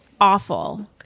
awful